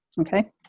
okay